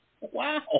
wow